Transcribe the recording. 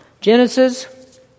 Genesis